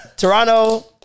Toronto